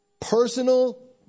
Personal